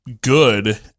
good